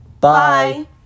Bye